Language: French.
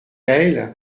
gaël